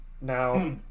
Now